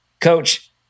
Coach